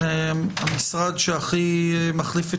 המשרד שהכי מחליף את